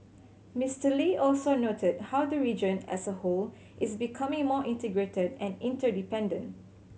Mister Lee also noted how the region as a whole is becoming more integrated and interdependent